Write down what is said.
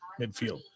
midfield